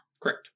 Correct